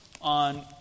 on